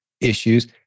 issues